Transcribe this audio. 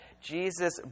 Jesus